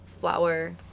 flower